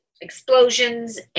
explosions